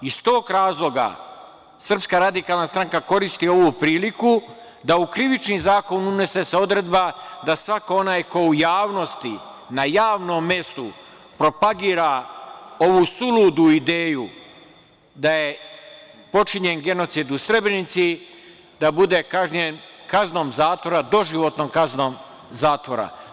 Iz tog razloga Srpska radikalna stranka koristi ovu priliku da se u Krivični zakon unese odredba da svako onaj ko u javnosti, na javnom mestu, propagira ovu suludu ideju da je počinjen genocid u Srebrenici, da bude kažnjen doživotnom kaznom zatvora.